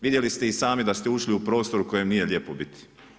Vidjeli ste i sami da ste ušli u prostor u kojem nije lijepo biti.